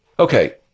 Okay